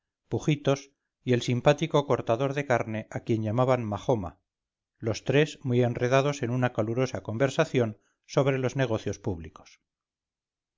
pujitos y el simpático cortador de carne a quien llamaban majoma los tres muy enredados en una calurosa conversación sobre los negocios públicos